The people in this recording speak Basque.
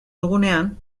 dugunean